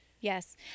yes